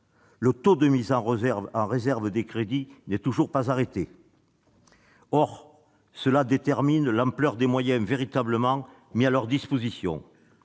Le taux de mise en réserve des crédits n'est toujours pas arrêté ; or il détermine l'ampleur des moyens véritablement mis à leur disposition